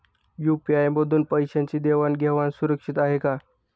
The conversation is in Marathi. यू.पी.आय मधून पैशांची देवाण घेवाण सुरक्षित आहे का?